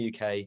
uk